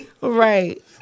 Right